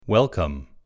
Welcome